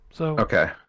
Okay